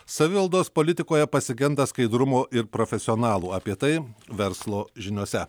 savivaldos politikoje pasigenda skaidrumo ir profesionalų apie tai verslo žiniose